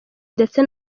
ndetse